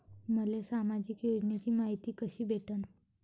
मले सामाजिक योजनेची मायती कशी भेटन?